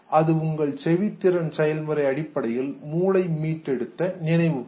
அது உங்கள் செவித்திறன் செயல்முறை அடிப்படையில் மூளை மீட்டெடுத்த நினைவு பகுதி